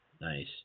Nice